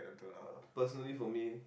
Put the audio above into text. uh personally for me